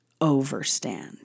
overstand